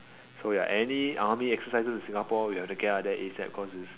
so ya any army exercises we have to get out of there ASAP cause it's